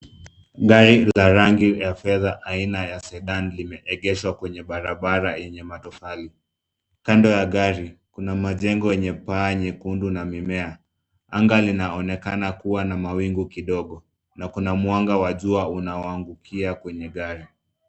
Gari la rangi la fedha aina ya sudan limeegeshwa kwenye barabara yenye matofali. Kando ya gari kuna majengo yenye panya nyekundu na mimea. Anga linaonekana kuwa na mawingu kidogo na kuna mwanga wa jua unaowaangukia kwenye gari.